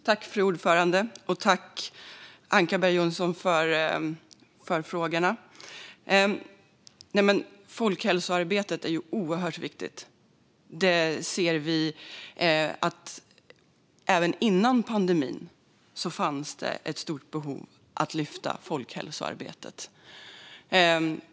Fru talman! Jag tackar ledamoten Ankarberg Johansson för frågorna. Folkhälsoarbetet är oerhört viktigt. Även före pandemin fanns det ett stort behov av att lyfta upp folkhälsoarbetet.